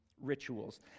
rituals